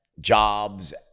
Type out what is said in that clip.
jobs